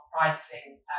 pricing